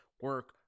Work